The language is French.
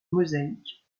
mosaïques